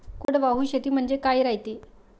कोरडवाहू शेती म्हनजे का रायते?